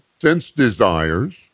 sense-desires